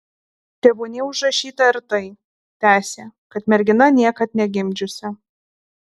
tebūnie užrašyta ir tai tęsė kad mergina niekad negimdžiusi